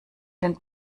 den